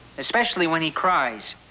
especially when he cries.